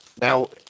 Now